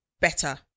better